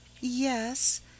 Yes